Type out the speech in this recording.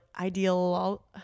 ideal